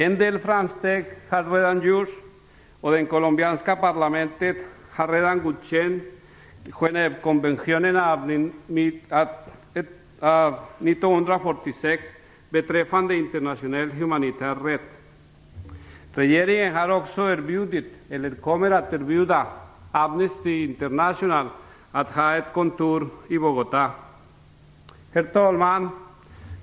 En del framsteg har redan gjorts, och det colombianska parlamentet har redan godkänt Genèvekonventionen av 1946 beträffande internationell humanitär rätt. Regeringen har också erbjudit, eller kommer att erbjuda, Amnesty International att upprätta ett kontor i Bogotá. Herr talman!